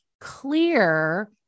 clear